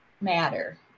matter